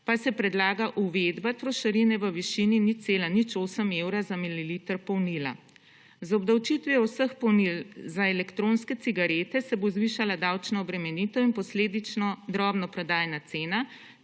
pa se predlaga uvedba trošarine v višini 0,08 evra za mililiter povnila. Z obdavčitvijo vseh povnil za elektronske cigarete se bo zvišala davčna obremenitev in posledično drobno prodajna cena